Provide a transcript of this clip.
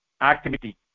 activity